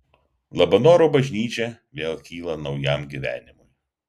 labanoro bažnyčia vėl kyla naujam gyvenimui